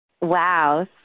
Wow